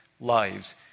lives